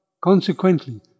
Consequently